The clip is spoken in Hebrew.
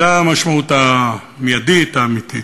זאת המשמעות המיידית האמיתית.